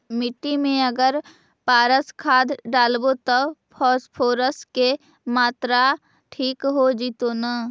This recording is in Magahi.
मिट्टी में अगर पारस खाद डालबै त फास्फोरस के माऋआ ठिक हो जितै न?